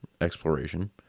exploration